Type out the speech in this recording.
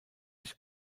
sich